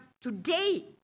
today